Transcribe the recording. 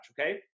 Okay